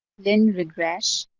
then regress.